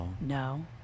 No